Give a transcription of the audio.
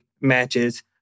matches